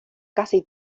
casi